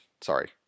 Sorry